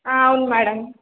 అవును మ్యాడమ్